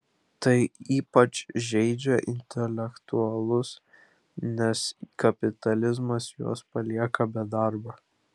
tai ypač žeidžia intelektualus nes kapitalizmas juos palieka be darbo